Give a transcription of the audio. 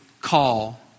call